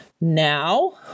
now